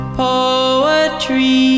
Poetry